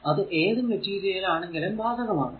അത് ഏതു മെറ്റീരിയൽ ആണെങ്കിലും ബാധകം ആണ്